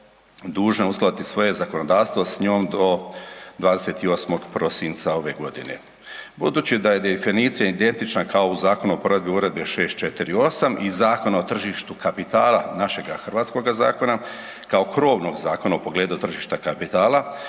dužne uskladiti svoje zakonodavstvo s njom do 28. prosinca ove godine. Budući da je definicija identična kao u Zakonu o provedbi Uredbe 648 i Zakona o tržištu kapitala našega hrvatskoga zakona kao krovnog zakona u pogledu tržišta kapitala